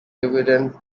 dividends